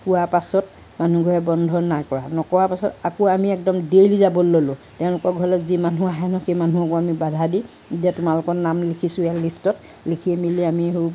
কোৱা পাছত মানুহ ঘৰে বন্ধ নাই কৰা নকৰা পাছত আকৌ আমি একদম ডেইলী যাবলে ল'লো তেওঁলোকৰ ঘৰলৈ যি মানুহ আহে ন' সেই মানুহকো আমি বাধা দি যে তোমালোকৰ নাম লিখিছোঁ ইয়াৰ লিষ্টত লিখি মেলি আমি সৌ